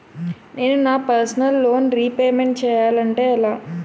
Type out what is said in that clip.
నేను నా personal loan repayment చేయాలంటే ఎలా?